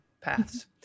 paths